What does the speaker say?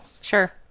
sure